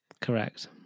correct